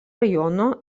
rajono